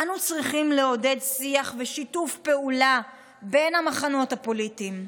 אנו צריכים לעודד שיח ושיתוף פעולה בין המחנות הפוליטיים.